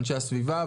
אנשי הסביבה,